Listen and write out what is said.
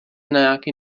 nějakej